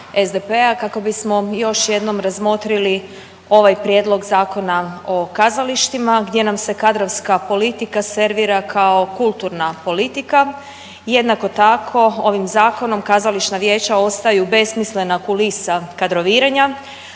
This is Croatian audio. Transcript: kako bismo još jednom razmotrili ovaj prijedlog Zakona o kazalištima gdje nam se kadrovska politika servira kao kulturna politika i jednako tako ovim zakonom kazališna vijeća ostaju besmislena kulisa kadroviranja,